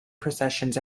processions